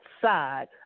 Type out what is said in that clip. side